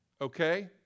okay